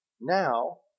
now